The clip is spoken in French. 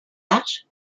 arche